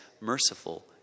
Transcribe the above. merciful